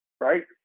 Right